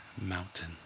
mountain